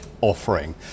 offering